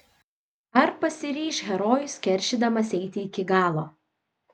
ar pasiryš herojus keršydamas eiti iki galo